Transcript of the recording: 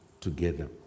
together